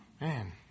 Man